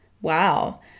Wow